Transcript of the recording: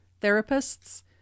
therapists